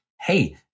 hey